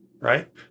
right